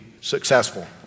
successful